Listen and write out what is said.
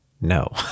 No